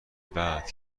بعد